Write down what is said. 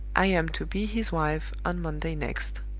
i am to be his wife on monday next.